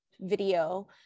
video